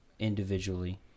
individually